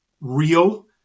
real